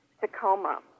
Tacoma